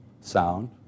sound